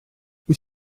wyt